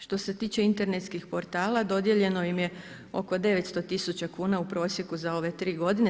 Što se tiče internetskih portala dodijeljeno im je oko 900 tisuća kuna u prosjeku za ove tri godine.